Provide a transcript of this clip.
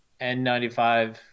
N95